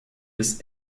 des